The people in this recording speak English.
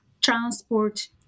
transport